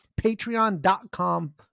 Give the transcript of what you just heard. Patreon.com